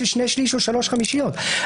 שאין בתוכה שינויים וחילוקי דעות,